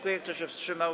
Kto się wstrzymał?